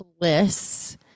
lists